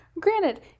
Granted